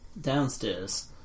downstairs